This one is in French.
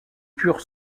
purent